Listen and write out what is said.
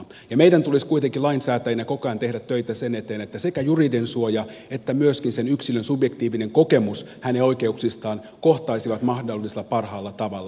ja meidän tulisi kuitenkin lainsäätäjinä koko ajan tehdä töitä sen eteen että sekä juridinen suoja että myöskin sen yksilön subjektiivinen kokemus oikeuksistaan kohtaisivat mahdollisimman parhaalla tavalla